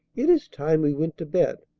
it is time we went to bed.